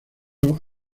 los